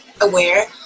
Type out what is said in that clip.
aware